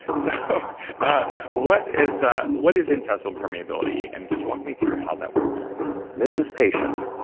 so ah what is ah what is intestinal permeability and just walk me through how that works this is patient.